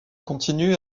continué